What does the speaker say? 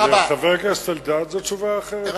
לחבר הכנסת אלדד, זאת תשובה אחרת,